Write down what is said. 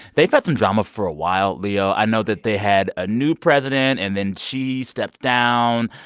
they've had some drama for a while. leo, i know that they had a new president. and then she stepped down.